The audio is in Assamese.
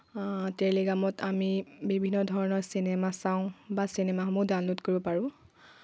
টেলিগ্ৰামত আমি বিভিন্ন ধৰণৰ চিনেমা চাওঁ বা চিনেমাসমূহ ডাউনল'ড কৰিব পাৰোঁ